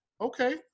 Okay